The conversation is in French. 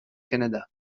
canada